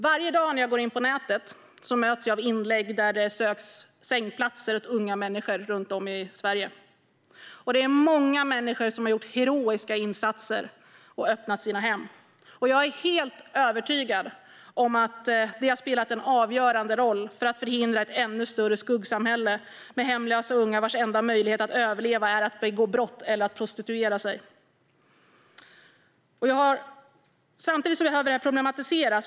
Varje dag när jag går in på nätet möts jag av inlägg där det söks sängplatser åt unga människor runt om i Sverige. Det är många människor som har gjort heroiska insatser och öppnat sina hem. Jag är helt övertygad om att det har spelat en avgörande roll för att förhindra ett ännu större skuggsamhälle med hemlösa unga vars enda möjlighet att överleva är att begå brott eller prostituera sig. Samtidigt behöver det här problematiseras.